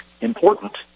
important